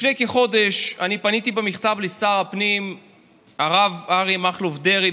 לפני כחודש אני פניתי במכתב לשר הפנים הרב אריה מכלוף דרעי,